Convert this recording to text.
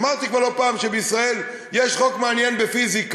אמרתי כבר לא פעם שבישראל יש חוק מעניין בפיזיקה: